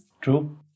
True